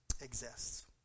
exists